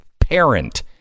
parent